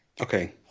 Okay